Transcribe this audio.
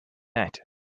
net